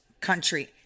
country